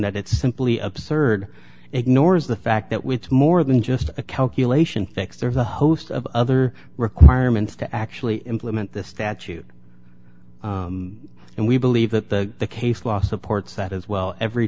that it's simply absurd ignores the fact that with more than just a calculation fix there's a host of other requirements to actually implement the statute and we believe that the case law supports that as well every